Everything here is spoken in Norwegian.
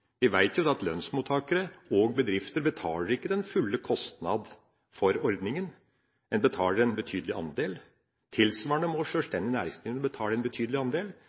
Vi vet jo at lønnsmottakere og bedrifter ikke betaler den fulle kostnad for ordninga, en betaler en betydelig andel. Tilsvarende må sjølstendig næringsdrivende betale en betydelig andel